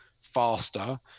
faster